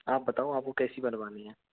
आप बताओ आपको कैसी बनवानी है